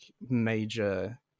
major